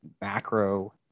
macro